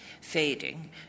fading